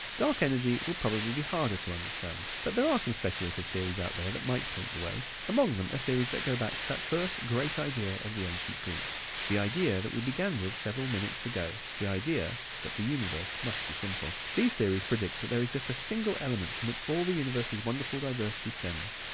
dark energy would probably be harder to understand, but there are some speculative theories out there that might point the way. among them are theories that go back to that first great idea of the ancient greeks, the idea that we began with several minutes ago, the idea that the universe must be simple. these theories predict that there is just a single element from which all the universe's wonderful diversity stems,